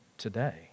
today